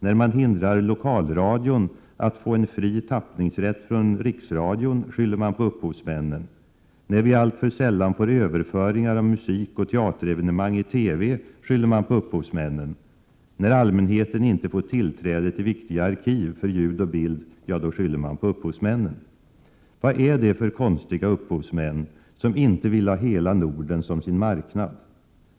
När man hindrar Lokalradion från att få en fri tappningsrätt från Riksradion skyller man på upphovsmännen. När vi alltför sällan får överföringar av musikoch teaterevenemang i TV skyller man på upphovsmännen. När allmänheten inte får tillträde till viktiga arkiv för ljud och bild, ja, då skyller man på upphovsmännen. Vad är det för konstiga upphovsmän som inte vill ha hela Norden som sin marknad?